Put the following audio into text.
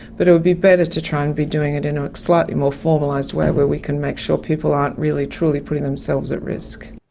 but it would be better to try and be doing it in a slightly more formalised way where we can make sure people aren't really truly putting themselves at risk.